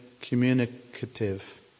communicative